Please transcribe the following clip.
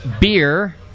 beer